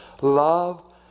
love